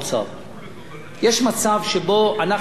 יש מצב שבו אנחנו צריכים להחליט,